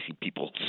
people